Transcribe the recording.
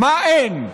מה אין?